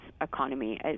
economy